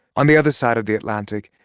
on the other side of the atlantic,